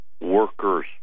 workers